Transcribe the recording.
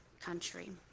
country